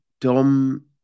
Dom